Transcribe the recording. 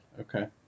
okay